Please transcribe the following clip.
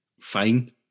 fine